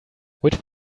which